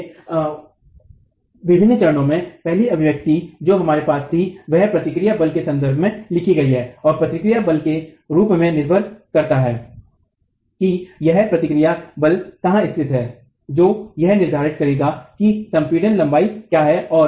इसलिए विभिन्न चरणों में पहली अभिव्यक्ति जो हमारे पास थी वह प्रतिक्रिया बल के संदर्भ में लिखी गई है और प्रतिक्रिया बल के रूप में निर्भर करता है कि यह प्रतिक्रिया बल कहां स्थित है जो यह निर्धारित करेगा कि संपीड़ित लंबाई क्या है